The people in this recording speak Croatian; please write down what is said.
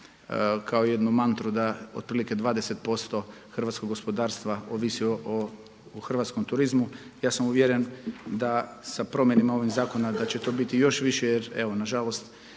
kao jednu mantru da otprilike 20% hrvatskog gospodarstva ovisi o hrvatskom turizmu. Ja sam uvjeren da sa promjenom ovog zakona da će to biti još više jer evo nažalost